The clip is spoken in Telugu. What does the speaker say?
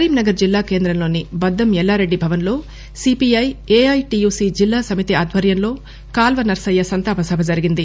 కరీంనగర్ జిల్లా కేంద్రంలోని బద్దం ఎల్లారెడ్డి భవన్ లో సీపీఐ ఏఐటీయూసీ జిల్లా సమితి ఆధ్వర్యంలో కాల్వ నర్సయ్య సంతాప సభ జరిగింది